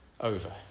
over